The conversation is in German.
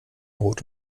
rot